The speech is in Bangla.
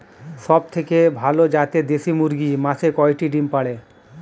সবথেকে ভালো জাতের দেশি মুরগি মাসে কয়টি ডিম পাড়ে?